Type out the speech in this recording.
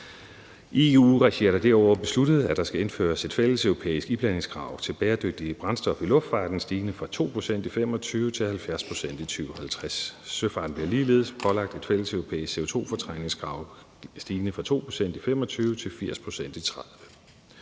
EU-regi er det derudover besluttet, at der skal indføres et fælleseuropæisk iblandingskrav til bæredygtige brændstoffer i luftfarten stigende fra 2 pct. i 2025 til 70 pct. til 2050. Søfarten bliver ligeledes pålagt et fælleseuropæisk CO2-fortrængningskrav stigende fra 2 pct. i 2025 til 80 pct. i 2030.